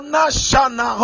Nashana